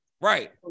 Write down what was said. Right